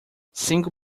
cinco